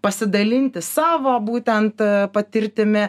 pasidalinti savo būtent patirtimi